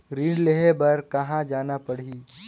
ऋण लेहे बार कहा जाना पड़ही?